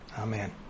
Amen